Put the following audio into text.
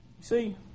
See